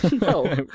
No